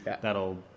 That'll